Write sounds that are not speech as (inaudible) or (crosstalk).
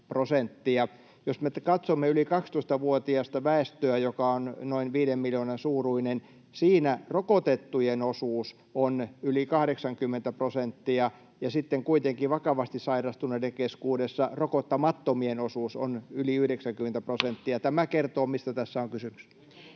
Jos me katsomme yli 12-vuotiasta väestöä, joka on noin 5 miljoonan suuruinen, siinä rokotettujen osuus on yli 80 prosenttia, ja sitten kuitenkin vakavasti sairastuneiden keskuudessa rokottamattomien osuus on yli 90 prosenttia. (noise) Tämä kertoo, mistä tässä on kysymys.